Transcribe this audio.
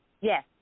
Yes